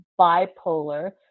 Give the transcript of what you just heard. bipolar